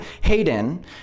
Hayden